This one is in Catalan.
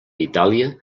itàlia